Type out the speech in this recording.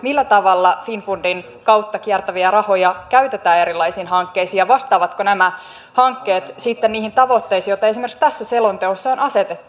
millä tavalla finnfundin kautta kiertäviä rahoja käytetään erilaisiin hankkeisiin ja vastaavatko nämä hankkeet niihin tavoitteisiin joita esimerkiksi tässä selonteossa on asetettu